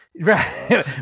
right